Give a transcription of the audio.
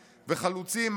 וחלוצים,